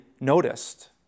noticed